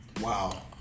Wow